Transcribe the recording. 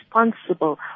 responsible